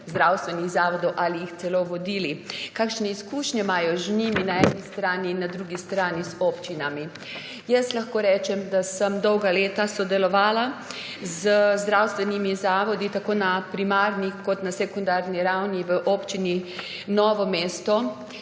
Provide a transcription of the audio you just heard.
zdravstvenih zavodov ali jih celo vodili, kakšne izkušnje imajo z njimi na eni strani in na drugi strani z občinami. Jaz lahko rečem, da sem dolga leta sodelovala z zdravstvenimi zavodi tako na primarni kot na sekundarni ravni v občini Novo mesto,